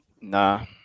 Nah